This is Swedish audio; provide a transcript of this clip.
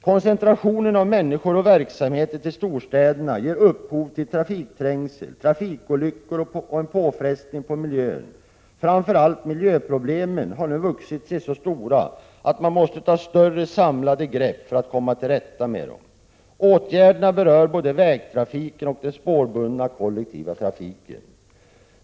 Koncentrationen av människor och verksamheter till storstäderna ger upphov till trafikträngsel, trafikolyckor och en påfrestning på miljön. Framför allt miljöproblemen har nu vuxit sig så stora att man måste ta större samlade grepp för att komma till rätta med dem. Åtgärderna berör både vägtrafiken och den spårbundna kollektiva trafiken.